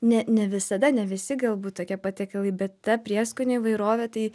ne ne visada ne visi galbūt tokie patiekalai bet ta prieskonių įvairovė tai